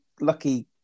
lucky